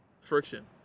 Friction